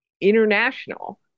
international